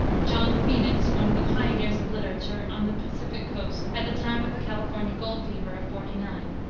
john phoenix, one of the pioneers of literature on the pacific coast at the time of the california gold fever of forty nine.